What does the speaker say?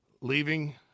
leaving